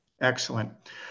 excellent